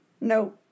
No